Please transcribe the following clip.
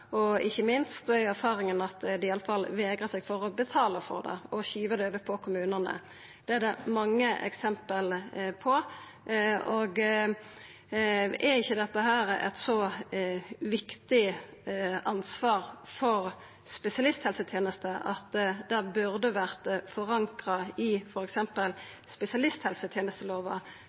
og ikkje minst er erfaringa at dei iallfall vegrar seg for å betala for det og skyver det over på kommunane. Det er det mange eksempel på. Er ikkje dette eit så viktig ansvar for spesialisthelsetenesta at det burde vore forankra i f.eks. spesialisthelsetenestelova?